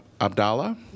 Abdallah